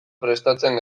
prestatzen